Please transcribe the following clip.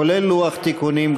כולל לוח תיקונים,